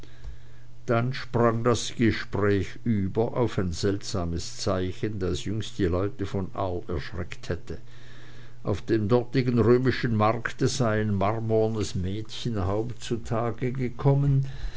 dann sprang das gespräch über auf ein seltsames zeichen das jüngst die leute von arles erschreckt hätte auf dem dortigen römischen markte sei ein marmornes mädchenhaupt zutage gekommen